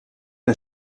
een